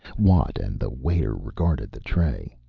watt and the waiter regarded the tray.